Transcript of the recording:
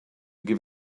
give